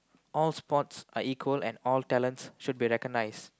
all sports are equal and all talents should be recognised